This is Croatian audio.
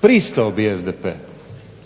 Pristao bi SDP,